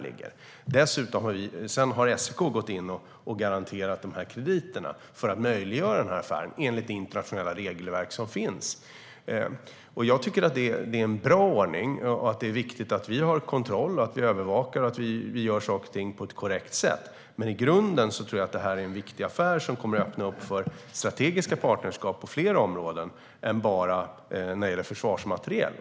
Sedan har SEK, enligt det internationella regelverk som finns, gått in och garanterat krediter för att möjliggöra affären. Jag tycker att detta är en bra ordning, och det är viktigt att vi har kontroll, att vi övervakar och att vi gör saker och ting på ett korrekt sätt. Men i grunden tror jag att detta är en viktig affär som kommer att öppna för strategiska partnerskap på fler områden än bara när det gäller försvarsmateriel.